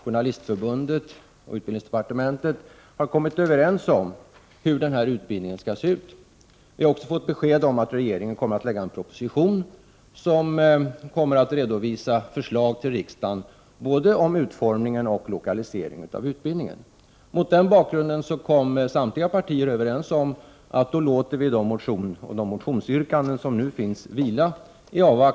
Fru talman! Jag skall ge Eva Goés rätt på en punkt, nämligen att nog märks det att miljöpartiet har kommit in i riksdagen. Frågan om journalistutbildningens framtida utseende har diskuterats ganska länge. Även i år har ett antal motioner avgivits, som inte bara handlar om lokalisering, utan också om journalistutbildningens innehåll. Efter det att vi i utskottet noga hade diskuterat frågan och tagit del av vad som hänt under tiden, har vi kommit överens med Tidningsutgivareföreningen, Journalistförbundet och utbildningsdepartementet om hur denna utbildning skall se ut.